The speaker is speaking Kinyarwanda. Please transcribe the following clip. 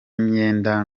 imyenda